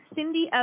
Cindy